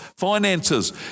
finances